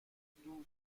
دوگ